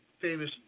famous